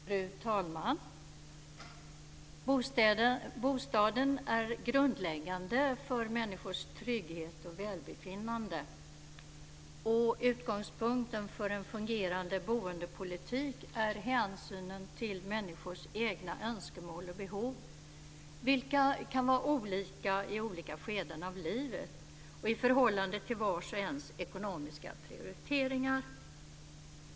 Fru talman! Bostaden är grundläggande för människors trygghet och välbefinnande. Utgångspunkten för en fungerande boendepolitik är hänsynen till människors egna önskemål och behov, vilka kan vara olika i olika skeden av livet och i förhållande till vars och ens ekonomiska prioriteringar.